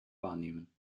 wahrnehmen